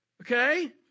Okay